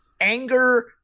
anger